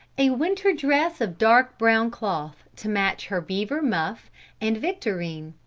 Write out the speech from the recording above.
a winter dress of dark brown cloth to match her beaver muff and victorine?